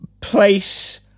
place